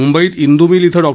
मुंबईत इंदू मिल इथं डॉ